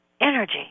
energy